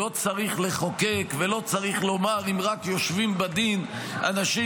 לא צריך לחוקק ולא צריך לומר אם רק יושבים בדין אנשים